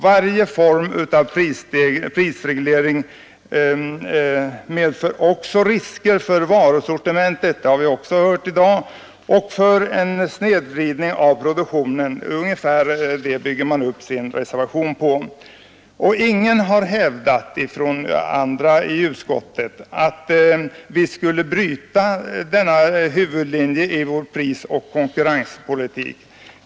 Vi har också hört i dag att varje form av prisreglering medför risker för varusortimentet och för en snedvridning av produktionen. Ungefär detta bygger man upp sin reservation på. Ingen i utskottet har hävdat att vi skall bryta denna huvudlinje i vår prisoch 'konkurrenspolitik.